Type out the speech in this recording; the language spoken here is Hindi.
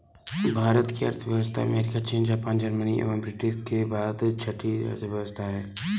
भारत की अर्थव्यवस्था अमेरिका, चीन, जापान, जर्मनी एवं ब्रिटेन के बाद छठी अर्थव्यवस्था है